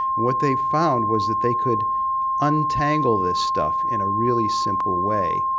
what they found was that they could untangle this stuff in a really simple way.